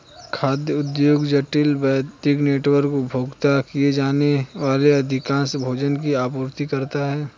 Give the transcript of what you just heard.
खाद्य उद्योग जटिल, वैश्विक नेटवर्क, उपभोग किए जाने वाले अधिकांश भोजन की आपूर्ति करता है